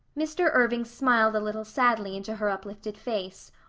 mr. irving smiled a little sadly into her uplifted face,